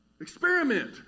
Experiment